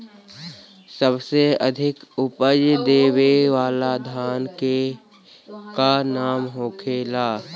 सबसे अधिक उपज देवे वाला धान के का नाम होखे ला?